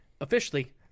officially